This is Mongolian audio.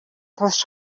турш